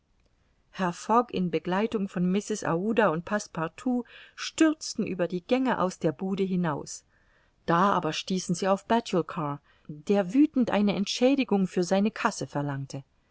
in begleitung von mrs aouda und passepartout stürzten über die gänge aus der bude hinaus da aber stießen sie auf batulcar der wüthend eine entschädigung für seine kasse verlangte